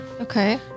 Okay